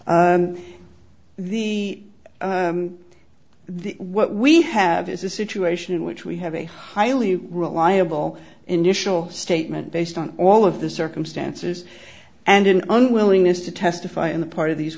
the the what we have is a situation in which we have a highly reliable initial statement based on all of the circumstances and an unwillingness to testify on the part of these